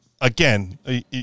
again